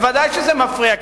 ודאי שזה מפריע,